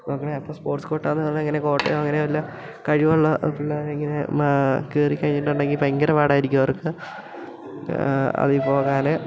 നോക്കണത് അപ്പോൾ സ്പോർട്സ് കോട്ടയെന്നു പറഞ്ഞാൽ അങ്ങനെ കോട്ടയോ അങ്ങനെയല്ല കഴിവുള്ള പിള്ളേരെ ഇങ്ങനെ കയറി കഴിഞ്ഞിട്ടുണ്ടെങ്കിൽ ഭയങ്കര പാടായിരിക്കും അവർക്ക് അതിൽ പോകാൻ